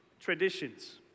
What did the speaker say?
traditions